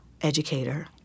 educator